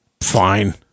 Fine